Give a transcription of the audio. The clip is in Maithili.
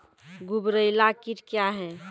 गुबरैला कीट क्या हैं?